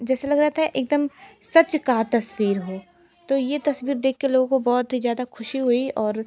जैसे लग रहा था एक दम सच की तस्वीर हो तो ये तस्वीर देख के लोगों को बहुत ही ज़्यादा ख़ुशी हुई और